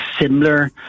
similar